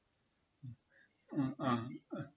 uh uh